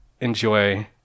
enjoy